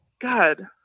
God